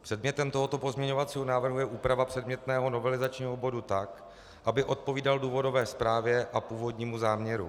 Předmětem tohoto pozměňovacího návrhu je úprava předmětného novelizačního bodu tak, aby odpovídal důvodové zprávě a původnímu záměru.